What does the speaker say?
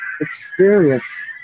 experience